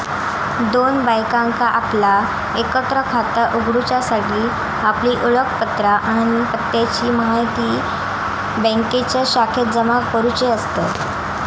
दोन बायकांका आपला एकत्र खाता उघडूच्यासाठी आपली ओळखपत्रा आणि पत्त्याची म्हायती बँकेच्या शाखेत जमा करुची असतत